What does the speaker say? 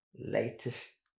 latest